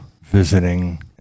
visiting